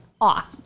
off